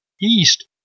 east